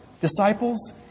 disciples